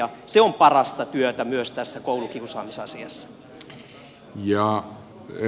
se on parasta työtä myös tässä koulukiusaamisasiassa